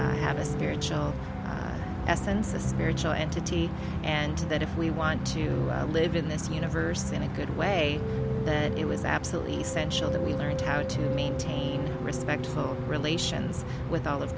spiritual essence a spiritual entity and that if we want to live in this universe in a good way that it was absolutely essential that we learned how to maintain respectful relations with all of